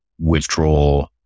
Withdraw